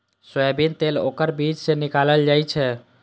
soybean तेल ओकर बीज सं निकालल जाइ छै